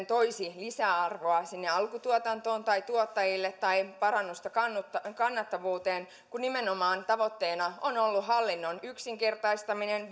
toisi lisäarvoa sinne alkutuotantoon tai tuottajille tai parannusta kannattavuuteen kun nimenomaan tavoitteena on ollut hallinnon yksinkertaistaminen